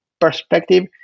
perspective